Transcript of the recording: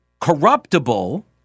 corruptible